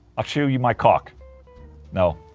i'll show you my cock no,